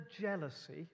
jealousy